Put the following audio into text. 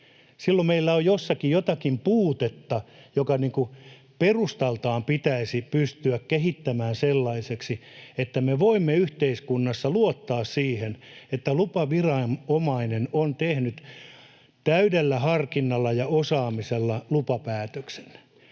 Silloin meillä on jossakin jotakin puutetta, joka perustaltaan pitäisi pystyä kehittämään sellaiseksi, että me voimme yhteiskunnassa luottaa siihen, että lupaviranomainen on tehnyt täydellä harkinnalla ja osaamisella lupapäätöksen,